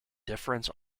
difference